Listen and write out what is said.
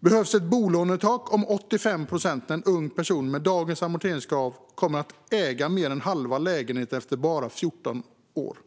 Behövs ett bolånetak om 85 procent när en ung person med dagens amorteringskrav kommer att äga mer än halva lägenheten efter bara 14 år?